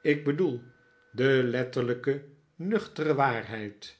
ik bedoel de letterlijke nuchtere waarheid